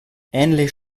ähnlich